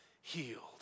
healed